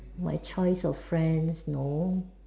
my choice of friends no